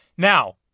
Now